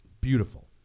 Beautiful